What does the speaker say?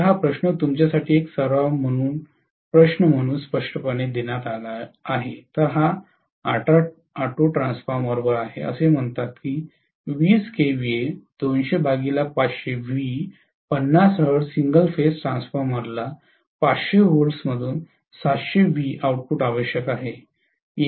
तर हा प्रश्न तुमच्यासाठी एक सराव प्रश्न म्हणून स्पष्टपणे देण्यात आला आहे तर हा ऑटो ट्रान्सफॉर्मरवर आहे असे म्हणतात की 20 kVA 200500 V 50 hertz single phase ट्रान्सफॉर्मरला 500 व्होल्टमधून 700 व्ही आउटपुट आवश्यक आहे